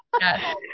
Yes